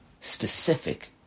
specific